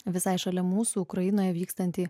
visai šalia mūsų ukrainoje vykstantį